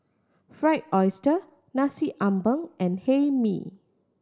Fried Oyster Nasi Ambeng and Hae Mee